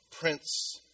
Prince